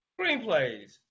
screenplays